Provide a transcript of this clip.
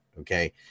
okay